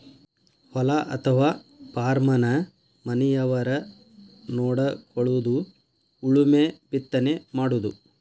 ಹೊಲಾ ಅಥವಾ ಪಾರ್ಮನ ಮನಿಯವರ ನೊಡಕೊಳುದು ಉಳುಮೆ ಬಿತ್ತನೆ ಮಾಡುದು